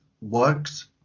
works